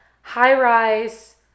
high-rise